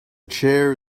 chair